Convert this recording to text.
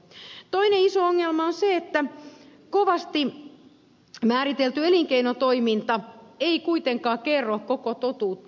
toinen iso ongelma on se että kovasti määritelty elinkeinotoiminta ei kuitenkaan kerro koko totuutta